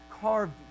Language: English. carved